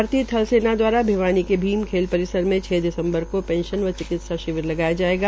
भारतीय थल सेना दवारा भिवानी के भीम खेल परिसर मे छ दिसम्बर को पेंशन व चिकित्सा शिविर लगाया जायेगा